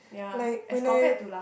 like when I